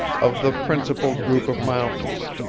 of the principal group of mountains.